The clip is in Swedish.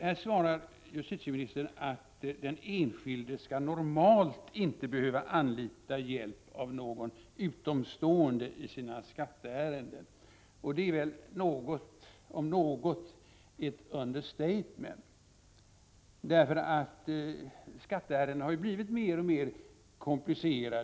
Här svarar justitieministern: ”Den enskilde skall normalt inte behöva anlita hjälp av någon utomstående i sina skatteärenden.” Detta är om något ett understatement, för skatteärendena har ju blivit mer och mer komplicerade.